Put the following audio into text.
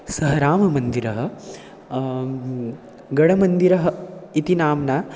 सः राममन्दिरः गडमन्दिरः इति नाम्ना